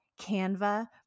canva